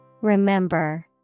Remember